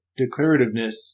declarativeness